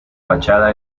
fachada